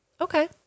Okay